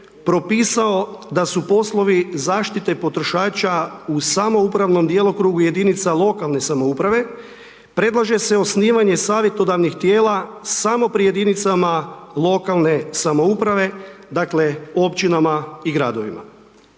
propisao da su poslovi zaštite potrošača u samoupravnom djelokrugu jedinice lokalne samouprave, predlaže se osnivanje savjetodavnih tijela samo pri jedinicama lokalne samouprave, dakle, općinama i gradovima.